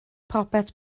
popeth